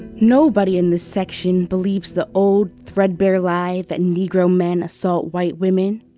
nobody in this section believes the old threadbare lie that negro men assault white women.